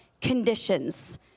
conditions